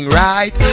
right